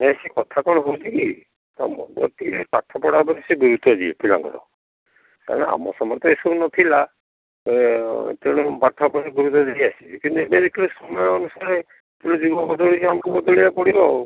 ନାଇଁ ସେ କଥା କ'ଣ ହେଉଛି କି ତା' ମନଟିଏ ଟିକିଏ ପାଠ ପଢ଼ା ଉପରେ ବେଶୀ ଗୁରୁତ୍ଵ ଦିଏ ପିଲାଙ୍କର କାହିଁକିନା ଆମ ସମୟରେ ତ ଏସବୁ ନଥିଲା ସେ ତେଣୁ ପାଠ ଉପରେ ଗୁରୁତ୍ଵ ଦେଇ ଆସିଛି କିନ୍ତୁ ଏବେ ଦେଖିଲେ ସମୟ ଅନୁସାରେ ଯୁଗ ବଦଳି ଯାଇଛି ଆମକୁ ବଦଳିବାକୁ ପଡ଼ିବ ଆଉ